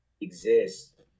exist